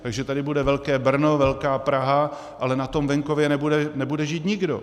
Takže tady bude velké Brno, velká Praha, ale na tom venkově nebude žít nikdo.